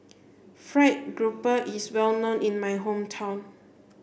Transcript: fried grouper is well known in my hometown